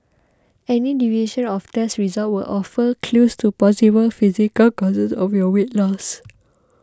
any deviation of test results will offer clues to possible physical causes of your weight loss